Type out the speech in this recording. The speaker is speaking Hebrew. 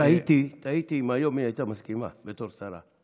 תהיתי, תהיתי אם היום היא הייתה מסכימה, בתור שרה.